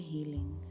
healing